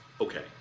okay